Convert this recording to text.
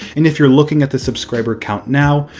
and if you're looking at the subscriber count now,